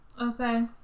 Okay